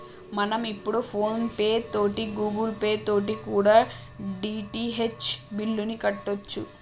మనం ఇప్పుడు PhonePe తోటి గూగుల్ పే తోటి కూడా డి.టి.హెచ్ బిల్లుని కట్టొచ్చు